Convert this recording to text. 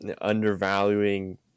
undervaluing